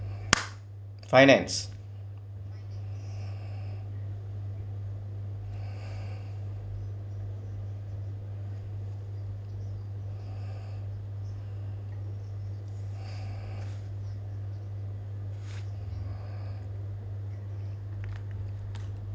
finance